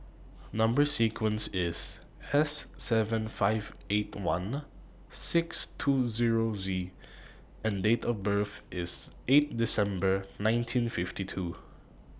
Number sequence IS S seven five eight one six two Zero Z and Date of birth IS eight December nineteen fifty two